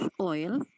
oil